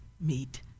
meet